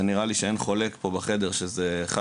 שנראה לי שאין חולק פה בחדר שזה אחד